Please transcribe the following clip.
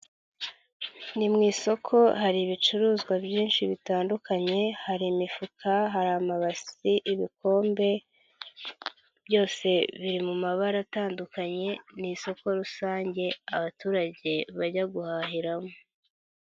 Ni mu isoko hari ibicuruzwa byinshi bitandukanye. Hari imifuka, hari amabasi, ibikombe. Byose biri mu mabara atandukanye. Ni isoko rusange abaturage bajya guhahiramo.